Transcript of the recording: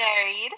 Married